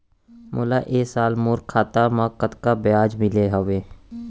मोला ए साल मोर खाता म कतका ब्याज मिले हवये?